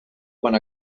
quan